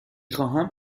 خواهم